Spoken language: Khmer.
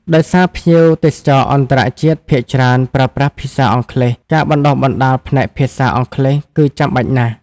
ដោយសារភ្ញៀវទេសចរអន្តរជាតិភាគច្រើនប្រើប្រាស់ភាសាអង់គ្លេស ការបណ្តុះបណ្តាលផ្នែកភាសាអង់គ្លេសគឺចាំបាច់ណាស់។